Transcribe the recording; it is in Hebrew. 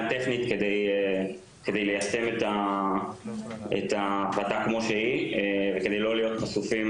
טכנית כדי ליישם את ההחלטה כמו שהיא וכדי לא להיות חשופים,